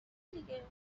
دیگه